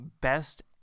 best